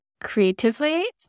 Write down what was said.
Creatively